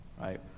right